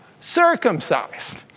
circumcised